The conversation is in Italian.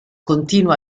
continua